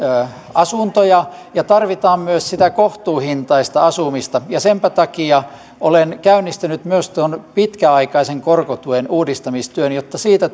asuntoja ja tarvitaan myös sitä kohtuuhintaista asumista ja senpä takia olen käynnistänyt myös tuon pitkäaikaisen korkotuen uudistamistyön jotta siitä